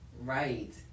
Right